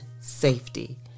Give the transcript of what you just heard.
safety